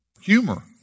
humor